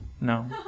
No